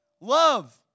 Love